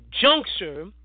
juncture